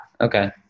Okay